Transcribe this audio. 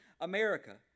America